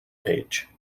page